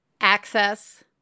access